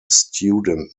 student